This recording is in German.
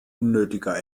unnötiger